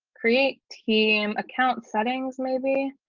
create team account settings maybe.